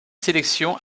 sélections